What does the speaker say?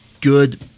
good